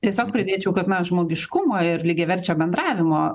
tiesiog pridėčiau kad na žmogiškumo ir lygiaverčio bendravimo